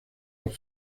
los